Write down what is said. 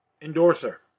endorser